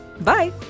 Bye